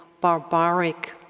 barbaric